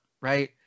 right